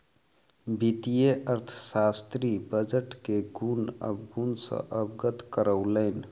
वित्तीय अर्थशास्त्री बजट के गुण अवगुण सॅ अवगत करौलैन